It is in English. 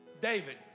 David